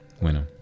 bueno